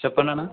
చెప్పండన్నా